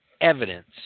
evidence